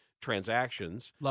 transactions